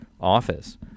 office